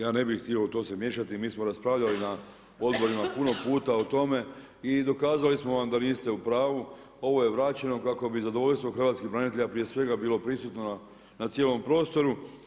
Ja ne bih htio u to se miješati, mi smo raspravljali na odborima puno puta o tome i dokazali smo vam da niste u pravu, ovo je vraćeno kako bi zadovoljstvo hrvatskih branitelja prije svega bilo prisutno na cijelom prostoru.